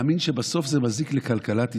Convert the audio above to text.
נאמין שבסוף זה מזיק לכלכלת ישראל,